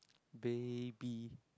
baby